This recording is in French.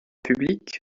public